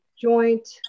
joint